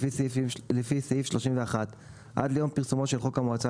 לפי סעיף 31 עד ליום פרסומו של חוק המועצה